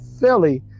Philly